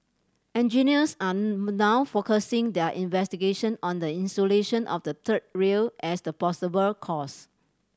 engineers are now focusing their investigation on the insulation of the third rail as the possible cause